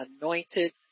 anointed